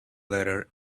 letter